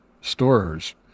stores